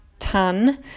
Tan